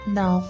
no